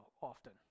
often